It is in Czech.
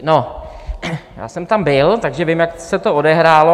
No, já jsem tam byl, takže vím, jak se to odehrálo.